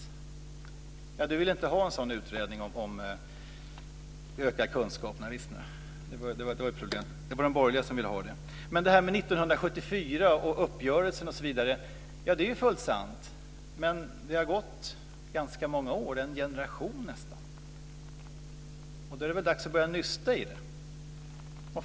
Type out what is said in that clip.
Men Göran Magnusson vill inte ha en sådan utredning om ökad kunskap. Det är ju ett problem. Det är de borgerliga som vill ha det. Det Göran Magnusson säger om uppgörelsen 1974 är helt sant, men det har gått ganska många år. Det är nästan en generation sedan. Då är det väl dags att börja nysta i det.